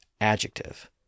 adjective